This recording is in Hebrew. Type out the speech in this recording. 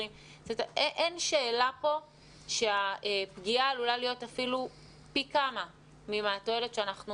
אין שאלה פה שהפגיעה עלולה להיות אפילו פי כמה מהתועלת שאנחנו